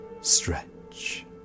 stretch